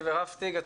ורהפטיג.